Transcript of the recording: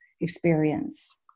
experience